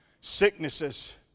sicknesses